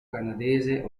canadese